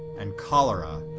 and cholera,